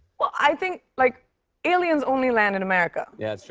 well, i think like aliens only land in america. yeah, that's yeah